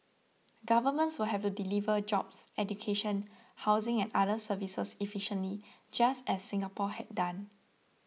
governments would have to deliver jobs education housing and other services efficiently just as Singapore had done